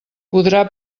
podrà